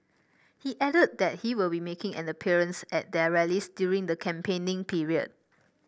he added that he will be making an appearance at their rallies during the campaigning period